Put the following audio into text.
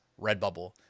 Redbubble